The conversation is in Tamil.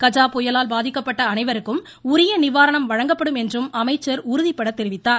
கஜா புயலால் பாதிக்கப்பட்ட அனைவருக்கும் உரிய நிவாரணம் வழங்கப்படும் என்று அமைச்சர் உறுதிபட தெரிவித்தார்